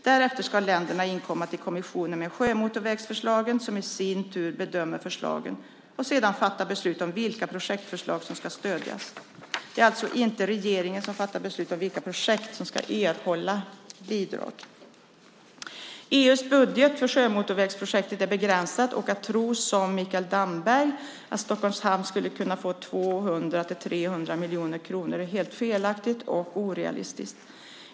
Därefter ska länderna inkomma med sjömotorvägsförslagen till kommissionen, som i sin tur bedömer förslagen och sedan fattar beslut om vilka projektförslag som ska stödjas. Det är alltså inte regeringen som fattar beslut om vilka projekt som ska erhålla bidrag. EU:s budget för sjömotorvägsprojekt är begränsad, och att tro, som Mikael Damberg, att Stockholms Hamn skulle kunna få 200-300 miljoner kronor är helt felaktigt och orealistiskt.